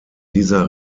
dieser